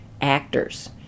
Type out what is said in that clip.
actors